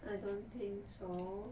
I don't think so